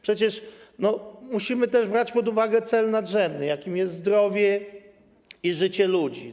Przecież musimy też brać pod uwagę cel nadrzędny, jakim jest zdrowie i życie ludzi.